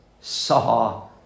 saw